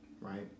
right